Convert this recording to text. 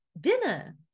dinner